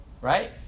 right